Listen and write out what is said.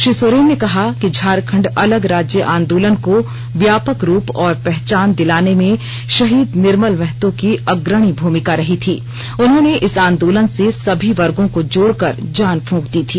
श्री सोरेन ने कहा कि झारखंड अलग राज्य आंदोलन को व्यापक रूप और पहचान दिलाने में शहीद निर्मल महतो की अग्रणी भूमिका रही थी उन्होंने इस आंदोलन से सभी वर्गों को जोड़कर जान फूंक दी थी